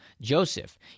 Joseph